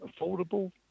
affordable